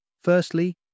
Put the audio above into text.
Firstly